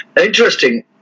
Interesting